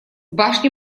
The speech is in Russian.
башни